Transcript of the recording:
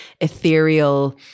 ethereal